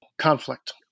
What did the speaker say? conflict